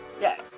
yes